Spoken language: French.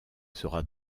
sera